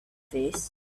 face